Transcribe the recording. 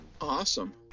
Awesome